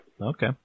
Okay